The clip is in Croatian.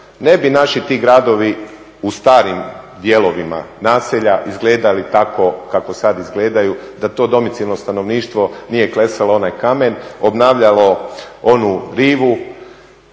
ne bi naši ti gradovi u starim dijelovima naselja izgledali tako kako sada izgledaju da to … stanovništvo nije klesalo onaj kamen, obnavljalo onu rivu,